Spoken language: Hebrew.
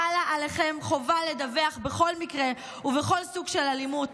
חלה עליכם חובה לדווח בכל מקרה ובכל סוג של אלימות